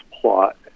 plot